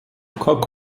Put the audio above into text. cock